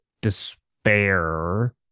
despair